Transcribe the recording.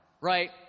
right